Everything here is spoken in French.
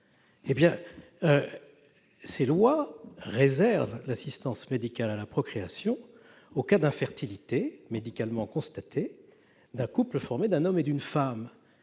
en 1994. Ces lois réservent l'assistance médicale à la procréation aux cas d'infertilité médicalement constatés d'un couple formé d'un homme et d'une femme.